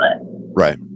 Right